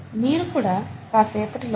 మీకు కూడా కాసేపటిలో చెప్తాను